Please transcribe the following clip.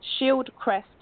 Shieldcrest